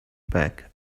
back